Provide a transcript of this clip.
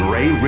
Ray